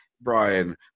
Brian